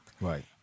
right